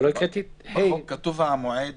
כתוב המועד